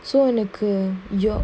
so எனக்கு:enaku your